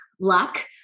luck